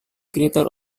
greater